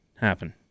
happen